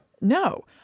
No